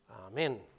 Amen